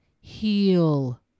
Heal